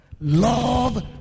Love